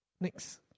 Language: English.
Next